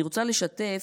אני רוצה לשתף.